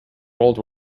world